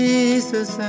Jesus